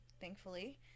thankfully